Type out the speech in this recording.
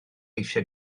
eisiau